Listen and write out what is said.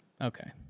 Okay